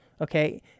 okay